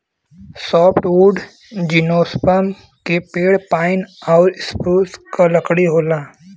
softwood gymnosperm के पेड़ pine आउर स्प्रूस क लकड़ी होला